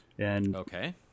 Okay